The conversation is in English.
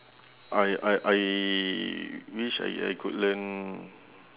I I I wish I I could learn